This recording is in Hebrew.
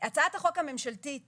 הצעת החוק הממשלתית